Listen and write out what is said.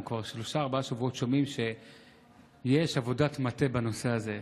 אנחנו כבר שלושה-ארבעה שבועות שומעים שיש עבודת מטה בנושא הזה.